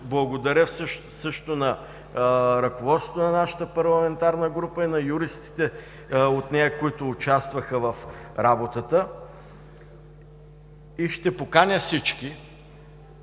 Благодаря също на ръководството на нашата парламентарна група, на юристите от нея, които участваха в работата. Ще поканя всички,